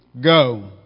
Go